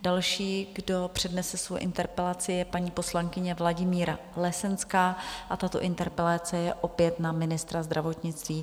Další, kdo přednese svoji interpelaci, je paní poslankyně Vladimíra Lesenská a tato interpelace je opět na ministra zdravotnictví.